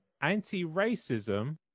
Anti-racism